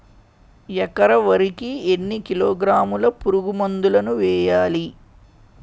ఎకర వరి కి ఎన్ని కిలోగ్రాముల పురుగు మందులను వేయాలి?